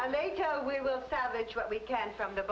and they go we will salvage what we can from the